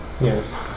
Yes